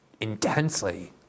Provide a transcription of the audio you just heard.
intensely